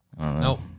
Nope